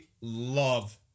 love